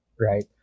right